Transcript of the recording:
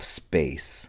space